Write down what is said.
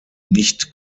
nicht